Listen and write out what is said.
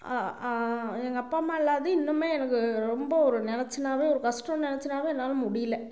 எங்கள் அப்பா அம்மா இல்லாதது இன்றுமே எனக்கு ரொம்ப ஒரு நெனைச்சன்னாவே ஒரு கஷ்டன்னு நெனைச்சன்னாவே என்னால் முடியல